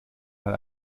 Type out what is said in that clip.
mal